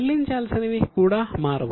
చెల్లించాల్సినవి కూడా మారవు